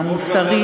והמוסרית,